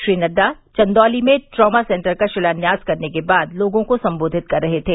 श्री नड्डा चंदौली में trauma centre का शिलान्यास करने के बाद लोगों को सम्बोधित कर रहे थे